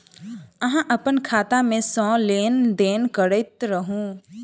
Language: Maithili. अहाँ अप्पन खाता मे सँ लेन देन करैत रहू?